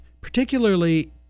particularly